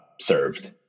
served